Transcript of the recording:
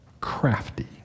crafty